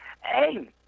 Hey